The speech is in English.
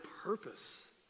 purpose